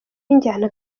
b’injyana